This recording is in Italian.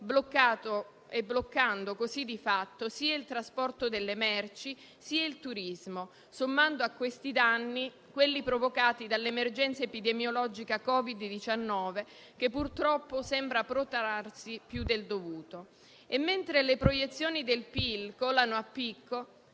bloccando così di fatto sia il trasporto delle merci, sia il turismo, e sommando a questi danni quelli provocati dall'emergenza epidemiologica Covid-19, che purtroppo sembra protrarsi più del dovuto. Mentre le proiezioni del PIL colano a picco,